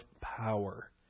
power